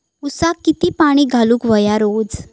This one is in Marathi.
ऊसाक किती पाणी घालूक व्हया रोज?